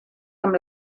amb